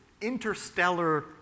interstellar